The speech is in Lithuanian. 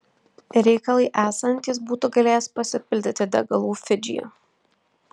reikalui esant jis būtų galėjęs pasipildyti degalų fidžyje